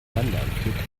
landeanflug